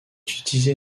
utilisée